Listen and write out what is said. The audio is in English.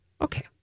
Okay